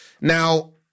Now